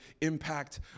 impact